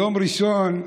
ביום הראשון,